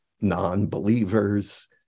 non-believers